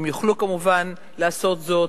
הם יוכלו כמובן לעשות זאת.